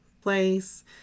place